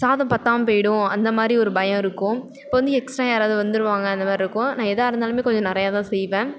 சாதம் பற்றாம போயிடும் அந்தமாதிரி ஒரு பயம் இருக்கும் இப்போ வந்து எக்ஸ்ட்ரா யாராவது வந்துடுவாங்க அந்தமாதிரிருக்கும் நான் ஏதா இருந்தாலும் கொஞ்சம் நிறையதான் செய்வேன்